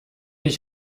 ich